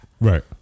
Right